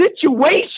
situation